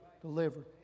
delivered